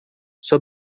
sua